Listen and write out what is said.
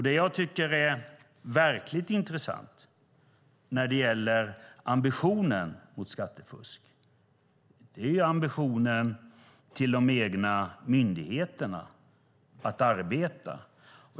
Det jag tycker är verkligt intressant när det gäller ambitionen mot skattefusk är ambitionen till de egna myndigheterna att arbeta.